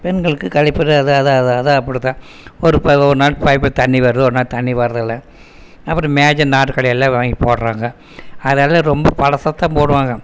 பெண்களுக்கு கழிப்பறை அது அப்படித்தான் ஒரு ஒரு நாள் பைப்பில் தண்ணி வரும் ஒருநாள் தண்ணி வரதில்லை அப்புறம் மேஜை நாற்காலி எல்லாம் வாங்கி போடுறாங்க அதெல்லாம் ரொம்ப பழசாதான் போடுவாங்க